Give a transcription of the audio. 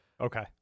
okay